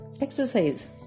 exercise